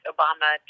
Obama